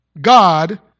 God